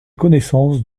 connaissance